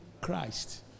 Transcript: christ